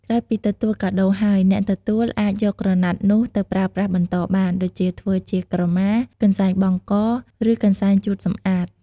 ក្រោយពីទទួលកាដូរហើយ អ្នកទទួលអាចយកក្រណាត់នោះទៅប្រើប្រាស់បន្តបាន ដូចជាធ្វើជាក្រមា កន្សែងបង់ក ឬកន្សែងជូតសម្អាត។